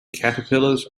caterpillars